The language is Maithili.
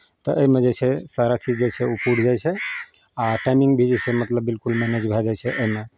तऽ एहिमे जे छै सारा चीज जे छै ओ पुरि जाइ छै आ टाइमिंग भी जे छै मतलब बिलकुल मैनेज भए जाइ छै एहिमे